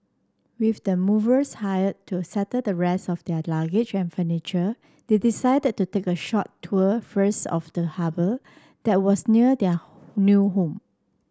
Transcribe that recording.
with the movers hired to settle the rest of their luggage and furniture they decided to take a short tour first of the harbour that was near their new home